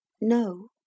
no